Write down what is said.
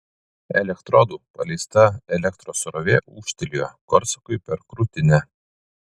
elektrodų paleista elektros srovė ūžtelėjo korsakui per krūtinę